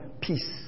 peace